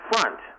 front